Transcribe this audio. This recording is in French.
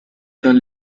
dans